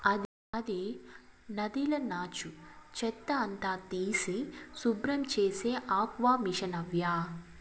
అది నదిల నాచు, చెత్త అంతా తీసి శుభ్రం చేసే ఆక్వామిసనవ్వా